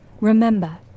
Remember